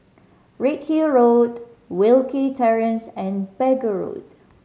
Redhill Road Wilkie Terrace and Pegu Road